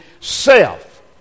self